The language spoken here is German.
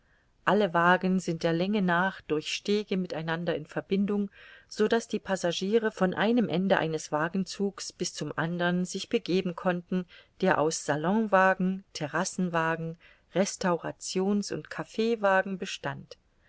alle wagen sind der länge nach durch stege mit einander in verbindung so daß die passagiere von einem ende eines wagenzugs bis zum andern sich begeben konnten der aus salonwagen terrassenwagen restaurations und cafwagen bestand